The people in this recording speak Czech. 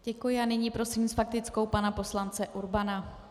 Děkuji a nyní prosím s faktickou pana poslance Urbana.